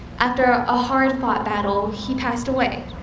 after a hard-fought battle, he passed away.